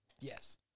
Yes